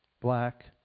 black